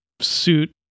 suit